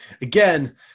again